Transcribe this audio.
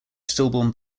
stillborn